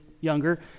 younger